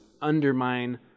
undermine